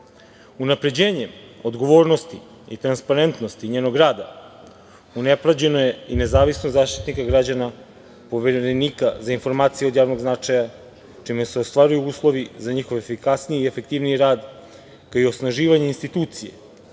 Unapređenjem odgovornosti i transparentnosti njenog rada, unapređena je i nezavisnost Zaštitnika građana, Poverenika za informacije od javnog značaja, čime se ostvaruju uslovi za njihovo efikasniji i efektivniji rad, kao i osnaživanje institucije